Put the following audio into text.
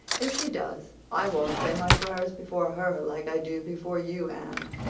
if she does i won't say my prayers before her like i do before you, anne.